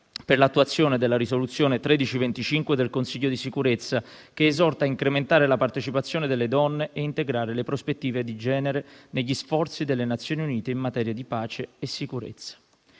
per l'attuazione della risoluzione n. 1325 del Consiglio di sicurezza, che esorta a incrementare la partecipazione delle donne e a integrare le prospettive di genere negli sforzi delle Nazioni Unite in materia di pace e sicurezza.